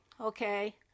okay